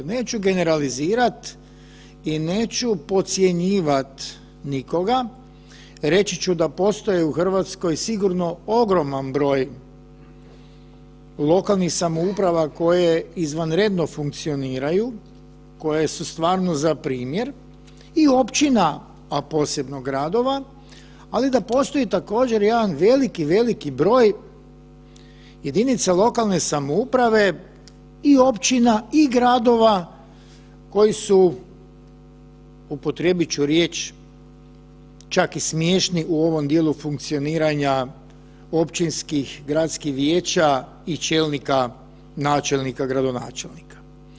Neću generalizirat i neću podcjenjivat nikoga, reći ću da postoji u Hrvatskoj sigurno ogroman broj lokalnih samouprava koje izvanredno funkcioniraju, koje su stvarno za primjer i općina, a posebno gradova, ali da postoji također jedan veliki, veliki broj jedinica lokalne samouprave i općina i gradova koji su upotrijebit ću riječ čak i smiješni u ovom dijelu funkcioniranja općinskih, gradskih vijeća i čelnika načelnika, gradonačelnika.